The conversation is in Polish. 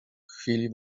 chwili